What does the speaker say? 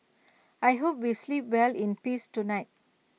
I hope we sleep well in peace tonight